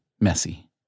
messy